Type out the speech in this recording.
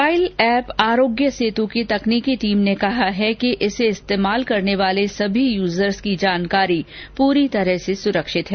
mobile app Aarogya Setu की तकनीकी team ने कहा है कि इसे इस्तेमाल करने वाले सभी यूजर्स की जानकारी पूरी तरह से सुरक्षित है